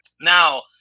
Now